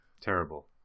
Terrible